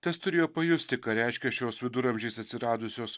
tas turėjo pajusti ką reiškia šios viduramžiais atsiradusios